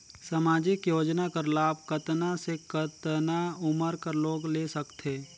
समाजिक योजना कर लाभ कतना से कतना उमर कर लोग ले सकथे?